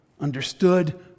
understood